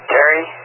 Terry